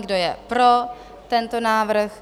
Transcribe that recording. Kdo je pro tento návrh?